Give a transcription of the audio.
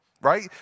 right